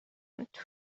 فکر